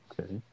Okay